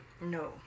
No